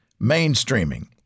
Mainstreaming